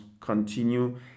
continue